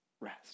rest